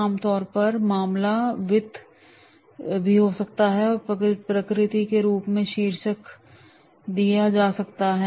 आम तौर पर मामला वित्त भी हो सकता है और प्रकृति के रूप में शीर्षक दिया जा सकता है